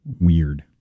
Weird